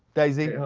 daisy.